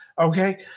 Okay